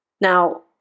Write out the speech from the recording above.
Now